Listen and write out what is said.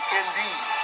indeed